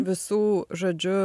visų žodžiu